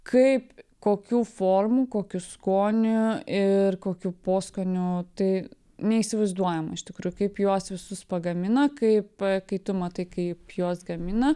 kaip kokių formų kokių skonių ir kokių poskonių tai neįsivaizduojama iš tikrųjų kaip juos visus pagamina kaip kai tu matai kaip juos gamina